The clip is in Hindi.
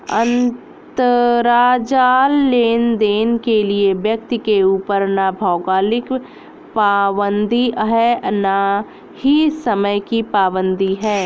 अंतराजाल लेनदेन के लिए व्यक्ति के ऊपर ना भौगोलिक पाबंदी है और ना ही समय की पाबंदी है